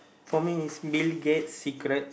for me it's Bill Gates he could've